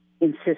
insist